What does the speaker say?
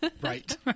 Right